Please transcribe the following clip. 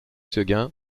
séguin